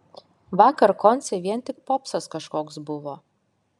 vakar konce vien tik popsas kažkoks buvo